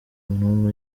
n’umwe